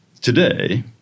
Today